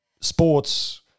sports